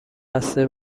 قصد